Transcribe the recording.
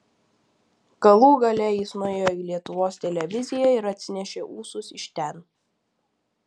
galų gale jis nuėjo į lietuvos televiziją ir atsinešė ūsus iš ten